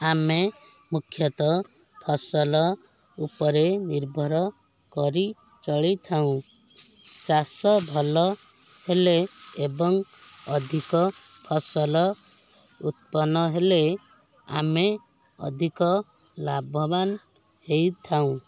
ଆମେ ମୁଖ୍ୟତଃ ଫସଲ ଉପରେ ନିର୍ଭରକରି ଚଳିଥାଉ ଚାଷ ଭଲ ହେଲେ ଏବଂ ଅଧିକ ଫସଲ ଉତ୍ପନ୍ନ ହେଲେ ଆମେ ଅଧିକ ଲାଭବାନ ହେଇଥାଉ